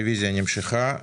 הרביזיה נמשכה.